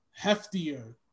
heftier